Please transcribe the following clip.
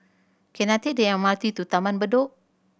can I take the M R T to Taman Bedok